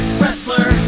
wrestler